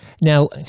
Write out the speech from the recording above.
Now